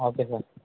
okay sir